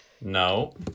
no